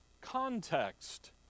context